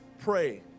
pray